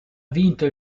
vinto